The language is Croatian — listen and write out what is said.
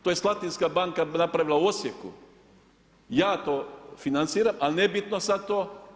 To je Slatinska banka napravila u Osijeku, ja to financiram ali nebitno sada to.